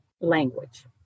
language